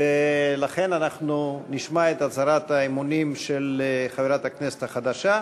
ולכן אנחנו נשמע את הצהרת האמונים של חברת הכנסת החדשה.